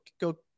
go